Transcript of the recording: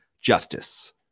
Justice